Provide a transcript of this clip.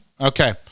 Okay